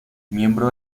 miembro